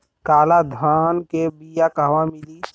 काला धान क बिया कहवा मिली?